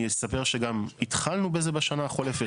אני אספר שגם התחלנו בזה בשנה החולפת.